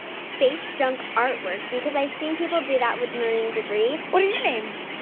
space-junk artwork because i've seen people do that with marine debris what are your names?